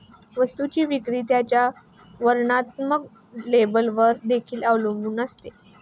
वस्तूची विक्री त्याच्या वर्णात्मक लेबलवर देखील अवलंबून असते